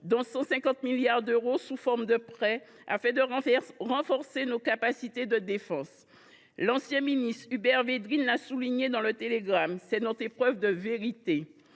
dont 150 milliards d’euros sous forme de prêts, pour renforcer nos capacités de défense. L’ancien ministre Hubert Védrine l’a souligné dans, c’est notre épreuve de vérité.